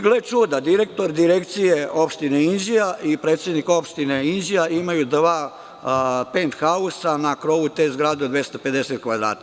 Gle čuda, direktor Direkcije opštine Inđija i predsednik opštine Inđija imaju dva penthausa na krovu te zgrade od 250 kvadrata.